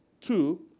Two